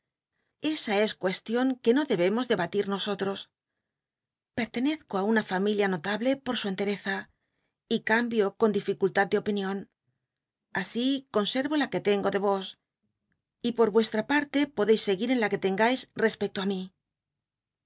esa es cucstion que no debemos debatir nosotros pertenezco á una familia notable por su entetcza y cambio con dificultad de opinion así conservo la que tengo de vos y por vuestra parte podeis seguir en la que lengais respecto á mí